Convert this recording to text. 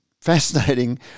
fascinating